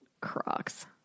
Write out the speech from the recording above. Crocs